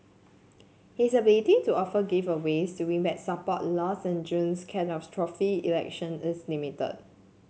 his ability to offer giveaways to win back support lost in June's catastrophic election is limited